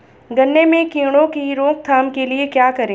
गन्ने में कीड़ों की रोक थाम के लिये क्या करें?